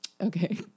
Okay